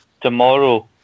tomorrow